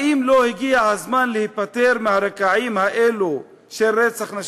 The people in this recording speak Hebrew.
האם לא הגיע הזמן להיפטר מהרקעים האלה של רצח נשים?